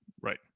Right